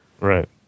Right